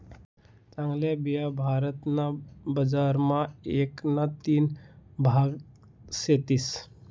चांगल्या बिया भारत ना बजार मा एक ना तीन भाग सेतीस